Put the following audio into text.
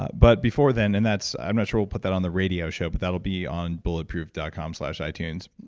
ah but before then, and that's. i'm not sure we'll put that on the radio show, but that'll be on bulletproof dot com slash itunes.